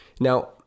Now